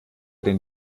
den